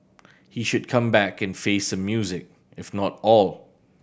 he should come back and face some music if not all